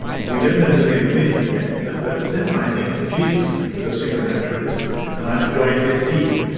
we don't know who's going to win it yet, but but since i think that jesus was a supernaturalist and i've joined his team,